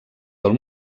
del